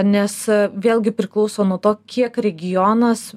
nes vėlgi priklauso nuo to kiek regionas